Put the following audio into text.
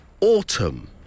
autumn